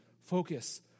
focus